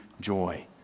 joy